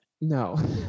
No